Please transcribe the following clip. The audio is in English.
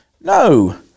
no